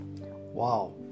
Wow